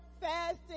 fasting